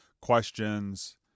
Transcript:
questions